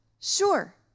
sure